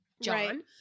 John